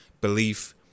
belief